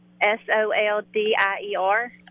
S-O-L-D-I-E-R